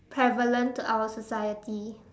prevalent to our society